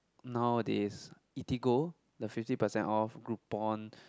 nowadays Eatigo the fifty percent off Groupon